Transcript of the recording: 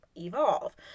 evolve